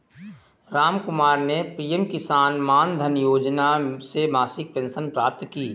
रामकुमार ने पी.एम किसान मानधन योजना से मासिक पेंशन प्राप्त की